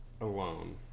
alone